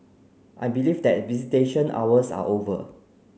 I believe that visitation hours are over